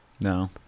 No